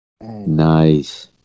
nice